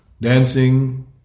dancing